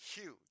huge